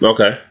Okay